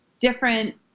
different